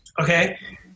Okay